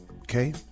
Okay